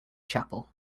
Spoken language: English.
chapel